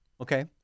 Okay